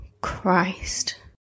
Christ